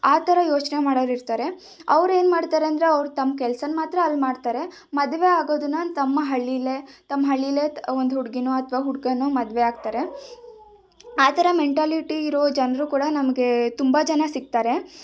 ಆ ಥರ ಯೋಚನೆ ಮಾಡೋರಿರ್ತಾರೆ ಅವ್ರೇನ್ಮಾಡ್ತಾರೆ ಅಂದರೆ ಅವರು ತಮ್ಮ ಕೆಲಸಾನ ಮಾತ್ರ ಅಲ್ಲಿ ಮಾಡ್ತಾರೆ ಮದುವೆ ಆಗೋದನ್ನ ತಮ್ಮ ಹಳ್ಳಿಯಲ್ಲೇ ತಮ್ಮ ಹಳ್ಳಿಯಲ್ಲೇ ಒಂದು ಹುಡುಗೀನೋ ಅಥವಾ ಹುಡುಗನ್ನೋ ಮದುವೆ ಆಗ್ತಾರೆ ಆ ಥರ ಮೆಂಟಾಲಿಟಿ ಇರೋ ಜನರು ಕೂಡ ನಮಗೆ ತುಂಬ ಜನ ಸಿಗ್ತಾರೆ